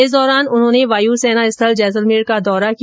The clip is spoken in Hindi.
इस दौरान उन्होंने वायु सेना स्थल जैसलमेर का दौरा किया